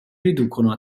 riducono